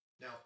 Now